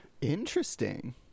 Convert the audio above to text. interesting